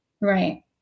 Right